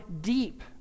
deep